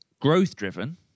growth-driven